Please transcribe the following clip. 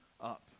up